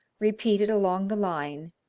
repeated along the line,